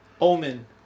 Omen